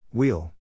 Wheel